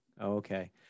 okay